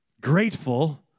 grateful